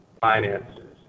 finances